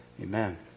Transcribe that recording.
amen